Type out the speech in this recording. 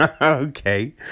okay